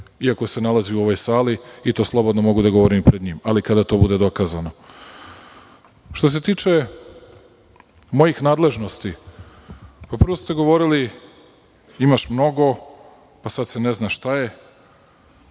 iako se nalazi u ovoj sali, i to slobodno mogu da govorim i pred njim, ali kada to bude dokazano. Što se tiče mojih nadležnosti, prvo ste govorili – imaš mnogo a sada se ne zna šta je,